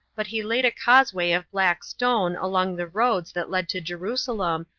but he laid a causeway of black stone along the roads that led to jerusalem,